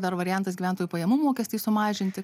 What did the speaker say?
dar variantas gyventojų pajamų mokestį sumažinti